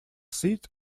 seat